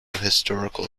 historical